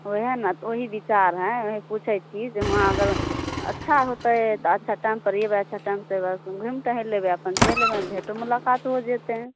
वएह ने वएह विचार हइ वएह पुछै छी जे वहाँ अगर अच्छा होतै तऽ अच्छा टाइमपर अच्छा टाइम टेबल घुमि टहलि लेबै अपन चलि अएबै भेँटो मुलाकात हो जेतै